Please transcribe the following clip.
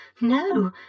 no